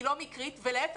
היא לא מקרית ולהיפך,